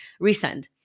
Resend